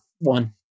One